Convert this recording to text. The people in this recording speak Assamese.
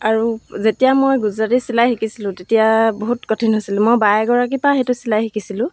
আৰু যেতিয়া মই গুজৰাটী চিলাই শিকিছিলোঁ তেতিয়া বহুত কঠিন হৈছিল মই বা এগৰাকীৰ পৰা সেইটো চিলাই শিকিছিলোঁ